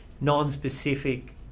non-specific